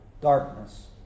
darkness